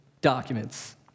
documents